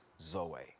Zoe